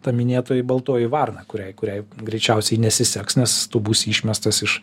ta minėtoji baltoji varna kuriai kuriai greičiausiai nesiseks nes tu būsi išmestas iš